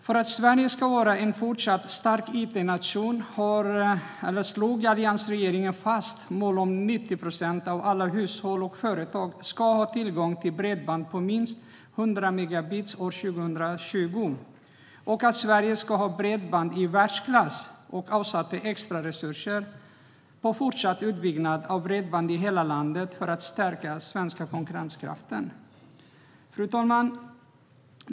För att Sverige ska vara en fortsatt stark itnation slog alliansregeringen fast målet om att 90 procent av alla hushåll och företag ska ha tillgång till bredband på minst 100 megabit per sekund år 2020 och att Sverige ska ha bredband i världsklass och avsatte extra resurser för fortsatt utbyggnad av bredband i hela landet för att stärka svensk konkurrenskraft. Fru talman!